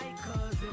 cause